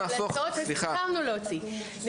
הסכמנו להוציא המלצות.